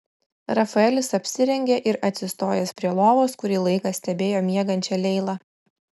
rafaelis apsirengė ir atsistojęs prie lovos kurį laiką stebėjo miegančią leilą